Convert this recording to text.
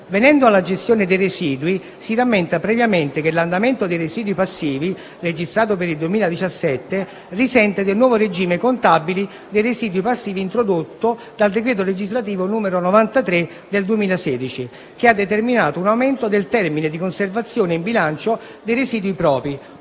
Venendo alla gestione dei residui, si rammenta previamente che l'andamento dei residui passivi registrato per il 2017 risente del nuovo regime contabile dei residui passivi introdotto dal decreto legislativo n. 93 del 2016, che ha determinato un aumento del termine di conservazione in bilancio dei residui propri,